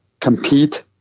compete